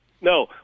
No